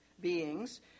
beings